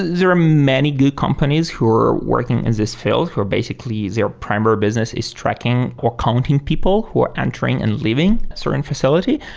there are many good companies who are working in this field who are basically their primary business is tracking or counting people who are entering and leaving a certain facility.